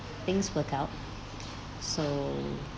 things work out so